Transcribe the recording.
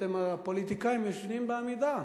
אתם, הפוליטיקאים, ישנים בעמידה.